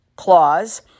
clause